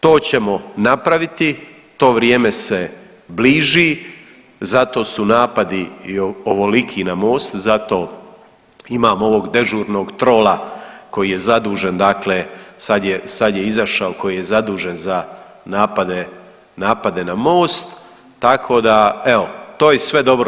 To ćemo napraviti, to vrijeme se bliži, zato su napadi i ovoliki na MOST, zato imamo ovog dežurnog trola koji je zadužen dakle, sad je, sad je izašao koji je zadužen za napade, napade na MOST tako da evo to je sve dobro.